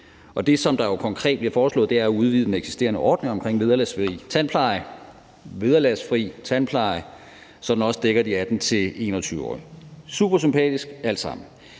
Det, der konkret bliver forslået, er at udvide den eksisterende ordning om vederlagsfri tandpleje – vederlagsfri tandpleje – så den også dækker de 18-21-årige. Alt sammen